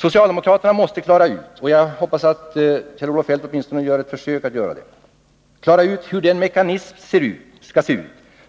Socialdemokraterna måste klara ut — jag hoppas att Kjell-Olof Feldt åtminstone gör ett försök att göra det — hur den mekanism skall se ut